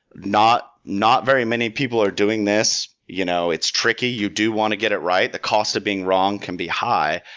not not very many people are doing this. you know it's tricky. you do want to get it right. the cost of being wrong can be high,